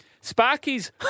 Sparky's